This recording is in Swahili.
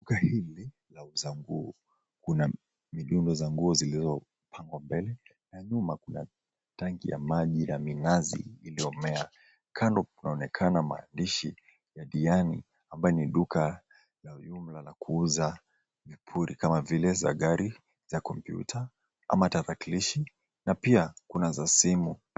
Duka hili lauza nguo. Kuna midume za nguo zilizopangwa mbele na nyuma kuna tank ya maji na minazi iliyomea. Kando kunaonekana maandishi ya "DIANI" ambalo ni duka la ujumla la kuuza vipuri kama vile, za gari, za kompyuta ama tarakilishi na pia kuna za simu.